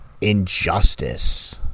injustice